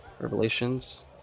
revelations